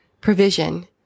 provision